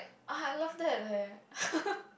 I love that leh